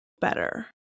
better